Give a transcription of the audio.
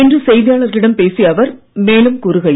இன்று செய்தியாளர்களிடம் பேசுய அவர் மேலும் கூறுகையில்